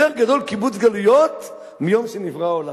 יותר גדול קיבוץ גלויות מיום שנברא העולם.